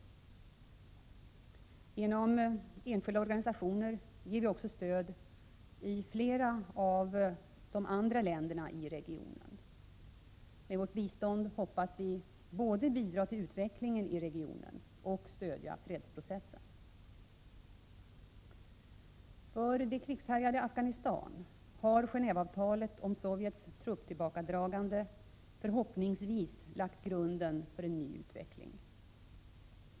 Genom enskilda organisationer ger vi också ett stöd i flera av de andra länderna i regionen. Med vårt bistånd hoppas vi både bidra till utvecklingen i regionen och stödja fredsprocessen. För det krigshärjade Afghanistan har Genåveavtalet om Sovjets trupptillbakadragande förhoppningsvis lagt grunden för en ny utveckling.